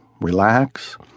relax